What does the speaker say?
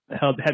help